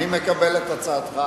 אני מקבל את הצעתך,